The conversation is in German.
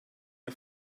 ihr